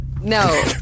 no